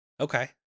Okay